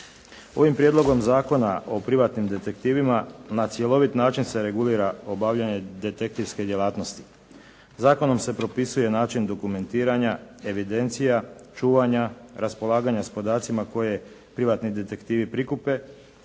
Ovim Prijedlogom zakona o privatnim detektivima, na cjelovit način se regulira obavljanje detektivske djelatnosti. Zakonom se pripisuje način dokumentiranja, evidencija, čuvanja, raspolaganja sa podacima koje privatni detektivi prikupe,